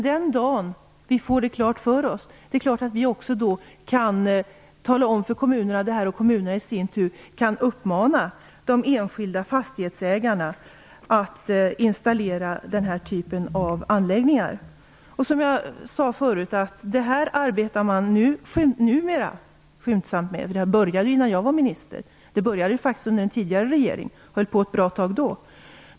Den dagen vi får det klart för oss kan vi självfallet också tala om detta för kommunerna så att de i sin tur kan uppmana de enskilda fastighetsägarna att installera den här typen av anläggningar. Som jag sade förut arbetar man numera skyndsamt med detta. Man började innan jag var minister, under den tidigare regeringen, och höll på ett bra tag då.